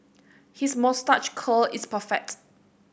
his moustache curl is perfect